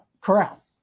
corral